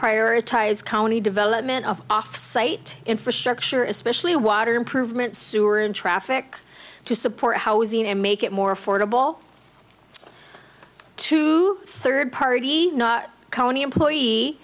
prioritize county development of off site infrastructure especially water improvements sewer and traffic to support housing and make it more affordable to third party county employee